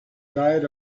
diet